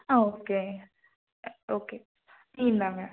ஆ okay okay இ இந்தாங்க